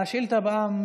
השאילתה הבאה,